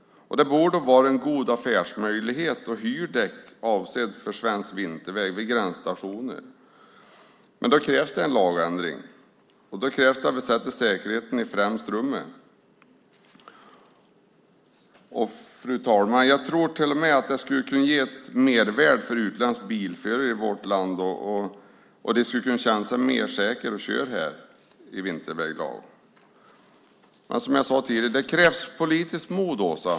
Det borde vara en god affärsmöjlighet att hyra ut däck avsedda för svensk vinterväg vid gränsstationer. Men då krävs det en lagändring, och då krävs det att vi sätter säkerheten i främsta rummet. Och, fru talman, jag tror till och med att det skulle kunna ge ett mervärde för utländska bilförare i vårt land, och de skulle känna sig säkrare att köra här i vinterväglag. Som jag sade tidigare krävs det politiskt mod, Åsa.